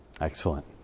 Excellent